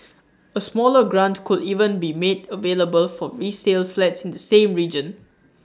A smaller grant could even be made available for resale flats in the same region